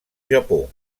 japó